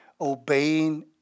Obeying